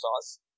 sauce